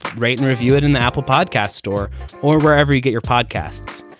write and review it in the apple podcast store or wherever you get your podcasts.